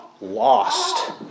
lost